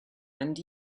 and